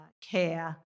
care